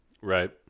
Right